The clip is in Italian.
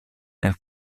nel